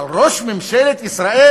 אבל ראש ממשלת ישראל